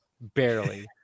Barely